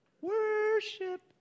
Worship